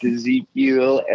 Ezekiel